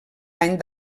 any